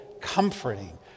comforting